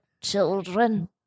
children